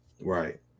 Right